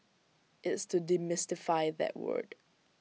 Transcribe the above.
it's to demystify that word